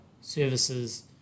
services